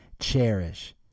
cherish